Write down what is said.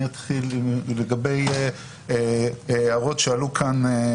לגבי הערות שעלו כאן.